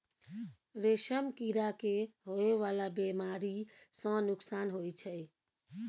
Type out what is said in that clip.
रेशम कीड़ा के होए वाला बेमारी सँ नुकसान होइ छै